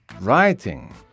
writing